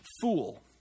Fool